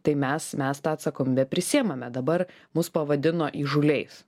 tai mes mes tą atsakomybę prisiimame dabar mus pavadino įžūliais